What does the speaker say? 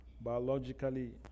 biologically